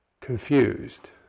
confused